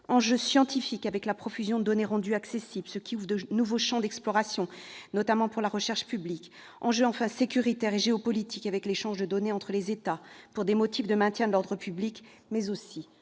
enjeux scientifiques, avec la profusion de données rendues accessibles, ce qui ouvre de nouveaux champs d'exploration, notamment pour la recherche publique ; enjeux sécuritaires et géopolitiques, avec l'échange de données entre les États pour des motifs de maintien de l'ordre public ; enjeux